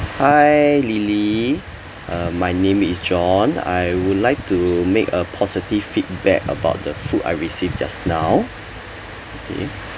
hi lily uh my name is john I would like to make a positive feedback about the food I receive just now okay